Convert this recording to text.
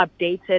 updated